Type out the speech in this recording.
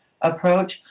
approach